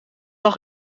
dag